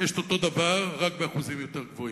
יש את אותו דבר, רק באחוזים יותר גבוהים.